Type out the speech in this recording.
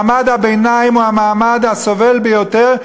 מעמד הביניים הוא המעמד הסובל ביותר,